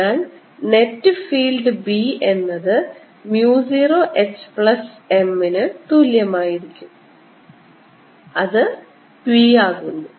അതിനാൽ net field b എന്നത് mu 0 h plus m ന് തുല്യമായിരിക്കും അത് b ആകുന്നു